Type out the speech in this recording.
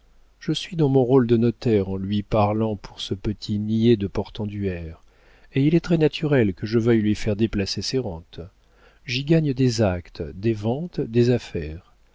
je suis dans mon rôle de notaire en lui parlant pour ce petit niais de portenduère et il est très-naturel que je veuille lui faire déplacer ses rentes j'y gagne des actes des ventes des affaires